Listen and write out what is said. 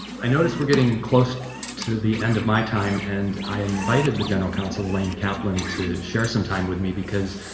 i noticed we're getting close to the end of my time, and i invited the general counsel of lane-kaplan to share some time with me. because